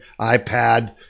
iPad